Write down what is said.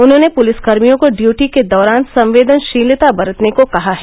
उन्होंने पुलिसकर्मियों को ड्यूटी के दौरान संवेदनशीलता बरतने को कहा है